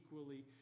equally